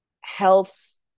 health